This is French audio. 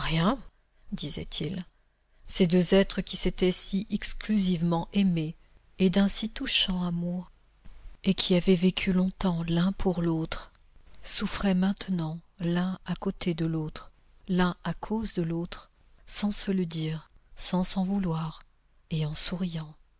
disait-il ces deux êtres qui s'étaient si exclusivement aimés et d'un si touchant amour et qui avaient vécu longtemps l'un pour l'autre souffraient maintenant l'un à côté de l'autre l'un à cause de l'autre sans se le dire sans s'en vouloir et en souriant